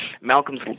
Malcolm's